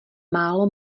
málo